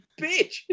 bitch